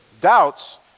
Doubts